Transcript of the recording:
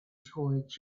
toward